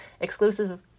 exclusive